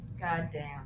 Goddamn